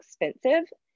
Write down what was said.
expensive